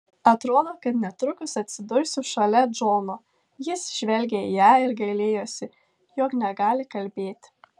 atrodo kad netrukus atsidursiu šalia džono jis žvelgė į ją ir gailėjosi jog negali kalbėti